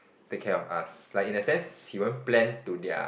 take care of us like in a sense he won't plan to their